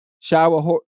shower